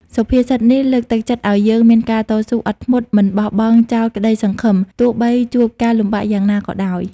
សុភាសិតនេះលើកទឹកចិត្តឱ្យយើងមានការតស៊ូ អត់ធ្មត់ មិនបោះបង់ចោលក្តីសង្ឃឹម ទោះបីជួបការលំបាកយ៉ាងណាក៏ដោយ។